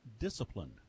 discipline